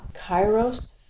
Kairos